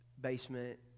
basement